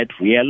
real